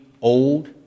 old